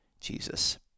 Jesus